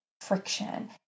friction